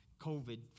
COVID